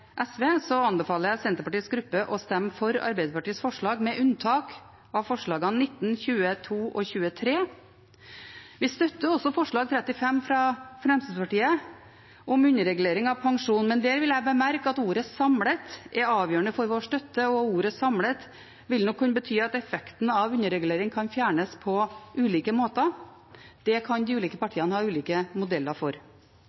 SV, anbefaler jeg Senterpartiets gruppe å stemme for Arbeiderpartiets forslag, med unntak av forslagene nr. 19, 22 og 23. Vi støtter også forslag nr. 35, fra Fremskrittspartiet, om underregulering av pensjon. Men der vil jeg bemerke at ordet «samlet» er avgjørende for vår støtte, og ordet «samlet» vil nok kunne bety at effekten av underregulering kan fjernes på ulike måter. Det kan de ulike